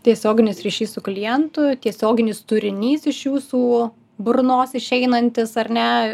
tiesioginis ryšys su klientu tiesioginis turinys iš jūsų burnos išeinantis ar ne